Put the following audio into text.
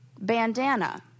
bandana